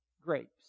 grapes